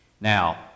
Now